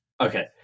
Okay